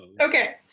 okay